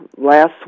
last